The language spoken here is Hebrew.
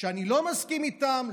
שאני לא מסכים איתם,